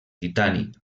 titani